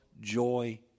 joy